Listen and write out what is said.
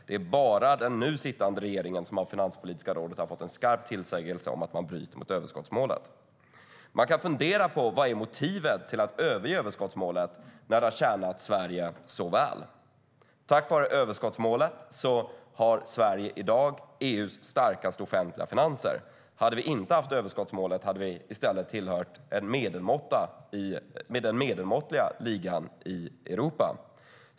Det är bara den nu sittande regeringen som av Finanspolitiska rådet har fått en skarp tillsägelse om att man bryter mot överskottsmålet. Man kan fundera på vad motivet är till att överge överskottsmålet när det har tjänat Sverige så väl. Tack vare överskottsmålet har Sverige i dag EU:s starkaste offentliga finanser. Hade vi inte haft överskottsmålet hade vi i stället tillhört den medelmåttliga ligan i Europa.